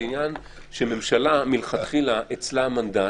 זה עניין שמלכתחילה המנדט